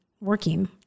working